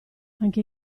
anche